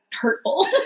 hurtful